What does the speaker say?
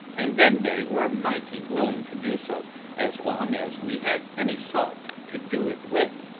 and then they were mighty willing to do so as long as we had any salt to do it with,